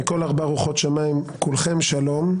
"מכל ארבע רוחות שמיים כולכם שלום,